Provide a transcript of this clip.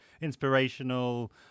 inspirational